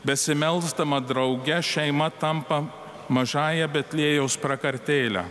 besimelsdama drauge šeima tampa mažąja betliejaus prakartėle